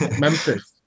Memphis